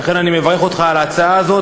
ולכן אני מברך אותך על ההצעה הזאת.